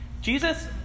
Jesus